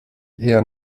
eher